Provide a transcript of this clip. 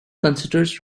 considers